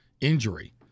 injury